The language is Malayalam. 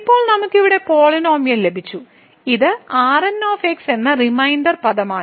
ഇപ്പോൾ നമുക്ക് ഇവിടെ പോളിനോമിയൽ ലഭിച്ചു ഇത് Rn എന്ന റിമൈൻഡർ പദമാണ്